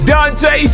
Dante